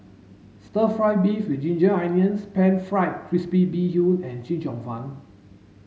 stir fry beef with ginger onions pan fried crispy bee hoon and Chee Cheong Fun